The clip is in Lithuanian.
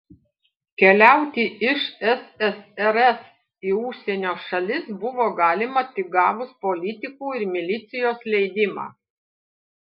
keliauti iš ssrs į užsienio šalis buvo galima tik gavus politikų ir milicijos leidimą